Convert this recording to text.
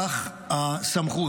כך הסמכות.